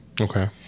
Okay